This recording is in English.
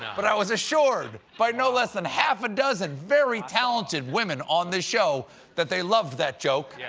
but i was assured by no less than half a dozen very talented women on this show that they loved that joke. yeah